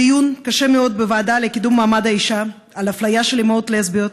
דיון קשה מאוד בוועדה לקידום מעמד האישה על אפליה של אימהות לסביות,